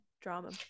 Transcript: drama